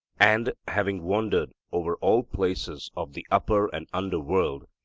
and, having wandered over all places of the upper and under world,